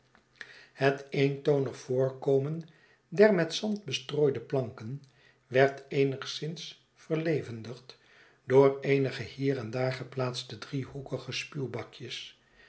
het eentonig voorkomen der met zand bestrooide planken werd eenigszins verlevendigd door eenige hier en daar geplaatste driehoekige